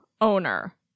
owner